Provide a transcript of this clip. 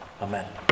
Amen